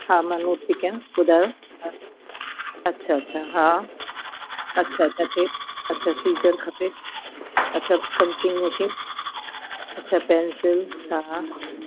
हा मां नोट थी कया ॿुधायो अच्छा अच्छा हा अच्छा अच्छा टेप अच्छा सिजर खपे अच्छा पंचिंग मशीन अच्छा पैंसिल हा हा